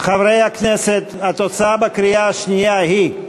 חברי הכנסת, התוצאה בקריאה השנייה היא: